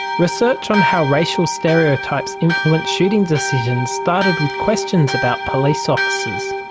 research on how racial stereotypes influence shooting decisions started with questions about police officers.